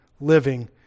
living